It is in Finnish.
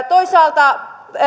toisaalta